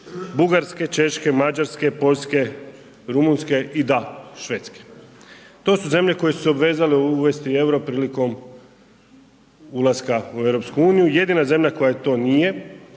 Bugarske, Češke, Mađarske, Poljske, Rumunjske i da Švedske, to su zemlje koje su se obvezale uvesti EUR-o prilikom ulaska u EU. Jedina zemlja koja to nije,